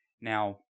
Now